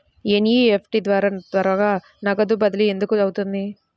NEFT ద్వారా త్వరగా నగదు బదిలీ ఎందుకు అవుతుంది?